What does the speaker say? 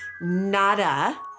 nada